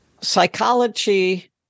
psychology